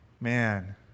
Man